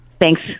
Thanks